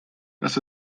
dass